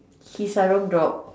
his sarong drop